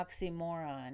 oxymoron